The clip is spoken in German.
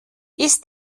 ist